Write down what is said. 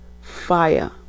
fire